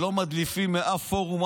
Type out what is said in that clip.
שלא מדליפים מאף פורום,